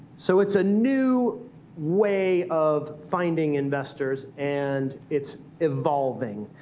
so it's a new way of finding investors, and it's evolving.